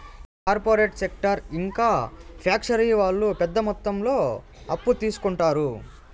corporate sector ఇంకా factory వాళ్ళు పెద్ద మొత్తంలో అప్పు తీసుకుంటారు